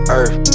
earth